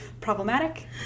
problematic